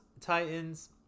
titans